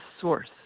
source